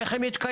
איך הם יתקיימו?